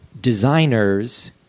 designers